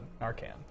Narcan